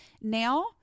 now